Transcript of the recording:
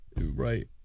Right